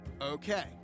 Okay